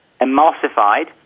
emulsified